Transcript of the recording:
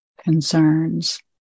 concerns